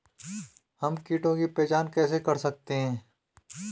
हम कीटों की पहचान कैसे कर सकते हैं?